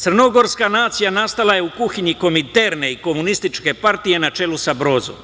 Crnogorska nacija nastala je u kuhinji Kominterne i Komunističke partije, na čelu sa Brozom,